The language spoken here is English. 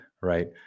right